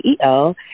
CEO